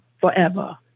forever